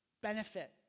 benefit